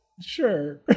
Sure